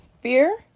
fear